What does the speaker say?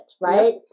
right